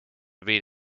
read